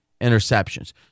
interceptions